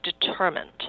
determined